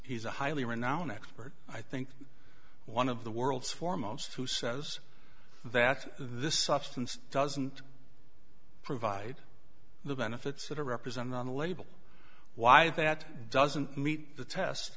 he's a highly renowned expert i think one of the world's foremost who says that this substance doesn't provide the benefits that are represented on the label why that doesn't meet the test